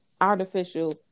artificial